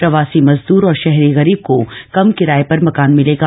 प्रवासी मज़दूर और शहरी ग़रीब को कम किराये पर मकान मिलेगा